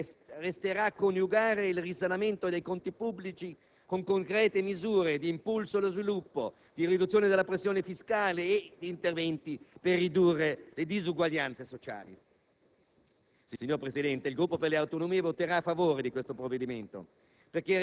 Quanto più pesante resterà questo fardello, tanto più difficile resterà coniugare il risanamento dei conti pubblici con concrete misure di impulso allo sviluppo, di riduzione della pressione fiscale e con interventi per ridurre le disuguaglianze sociali.